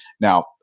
Now